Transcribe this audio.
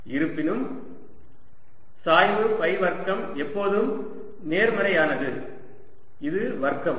dS2dV or 2dV0 இருப்பினும் சாய்வு phi வர்க்கம் எப்போதும் நேர்மறையானது இது வர்க்கம்